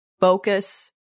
focus